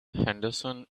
henderson